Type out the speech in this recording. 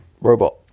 Robot